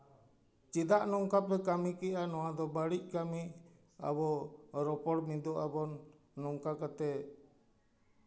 ᱪᱮᱫᱟᱜ ᱱᱚᱝᱠᱟ ᱯᱮ ᱠᱟᱹᱢᱤ ᱠᱮᱫᱟ ᱱᱚᱣᱟ ᱫᱚ ᱵᱟᱹᱲᱤᱡ ᱠᱟᱹᱢᱤ ᱟᱵᱚ ᱨᱚᱯᱚᱲ ᱢᱤᱫᱚᱜ ᱟᱵᱚᱱ ᱱᱚᱝᱠᱟ ᱠᱟᱛᱮᱜ